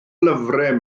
lyfrau